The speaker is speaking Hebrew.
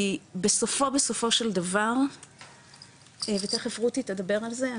כי בסופו בסופו של דבר ותיכף רותי תדבר על זה,